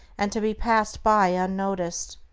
and to be passed by unnoticed?